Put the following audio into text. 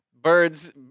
birds